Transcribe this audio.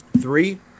Three